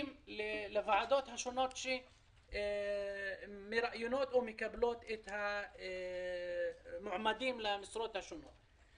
לוועדות השונות שמראיונות או מקבלות את המועמדים למשרות השונות.